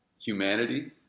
humanity